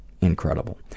Incredible